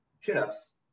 chin-ups